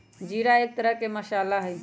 जीरा एक तरह के मसाला हई